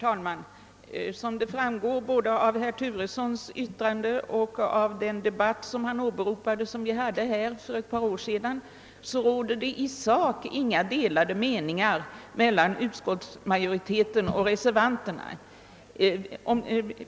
Herr talman! Som framgår både av herr Turessons yttrande och av den debatt som vi hade här för ett par år sedan och som han åberopade råder det i sak inga delade meningar mellan utskottsmajoriteten och reservanterna.